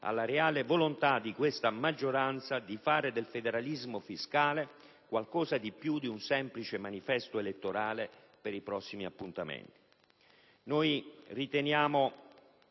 alla reale volontà della maggioranza di fare del federalismo fiscale qualcosa di più di un semplice manifesto elettorale per i prossimi appuntamenti. Riteniamo